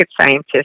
scientist